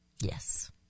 Yes